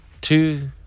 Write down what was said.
two